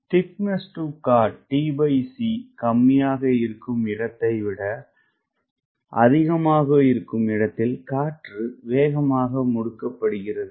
tcகம்மியாக இருக்கும் இடத்தை விட அதிகமாக இருக்கும் இடத்தில் காற்று வேகமாக முடுக்கப்படுகிறது